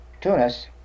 Tunis